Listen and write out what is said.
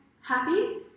happy